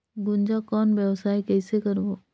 गुनजा कौन व्यवसाय कइसे करबो?